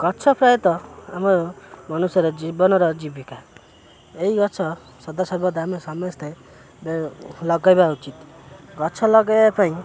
ଗଛ ପ୍ରାୟତଃ ଆମ ମନୁଷ୍ୟର ଜୀବନର ଜୀବିକା ଏହି ଗଛ ସଦା ସର୍ବଦା ଆମେ ସମସ୍ତେ ଲଗାଇବା ଉଚିତ ଗଛ ଲଗାଇବା ପାଇଁ